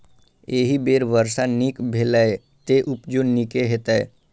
एहि बेर वर्षा नीक भेलैए, तें उपजो नीके हेतै